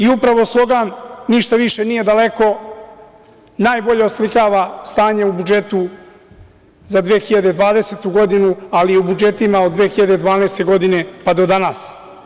Upravo slogan – ništa više nije daleko, najbolje oslikava stanje u budžetu za 2020. godinu, ali i u budžetima od 2012. godine, pa do danas.